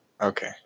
okay